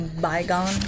...bygone